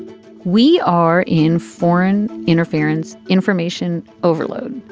we are in foreign interference, information overload.